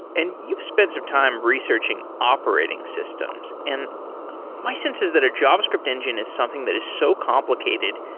and you've spent some time researching operating systems, and my sense is that a javascript engine is something that is so complicated.